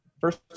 First